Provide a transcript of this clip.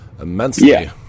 immensely